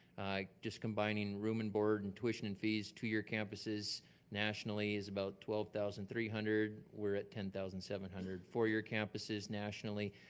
just combining room and board and tuition and fees to your campuses nationally is about twelve thousand three hundred, we're at ten thousand seven hundred. four-year campuses nationally,